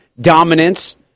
dominance